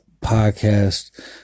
podcast